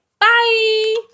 bye